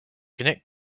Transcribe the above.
connect